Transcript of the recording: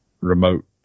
remote